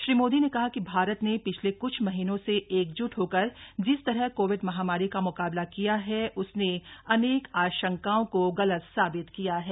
श्री मोदी ने कहा कि भारत ने पिछले कुछ महीनों से एकजुट होकर जिस तरह कोविड महामारी का मुकाबला किया है उसने अनेक आशंकाओं को गलत साबित किया है